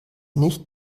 nicht